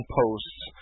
posts